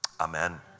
Amen